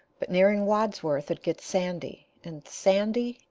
but nearing wadsworth it gets sandy, and sandy,